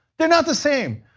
they are not the same.